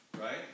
Right